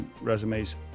resumes